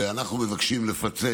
ואנחנו מבקשים לפצל.